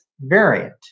variant